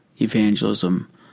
evangelism